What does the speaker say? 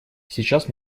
сейчас